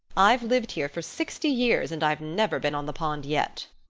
i've lived here for sixty years and i've never been on the pond yet.